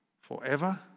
forever